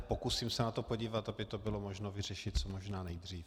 Pokusím se na to podívat, aby to bylo možno vyřešit co možná nejdřív.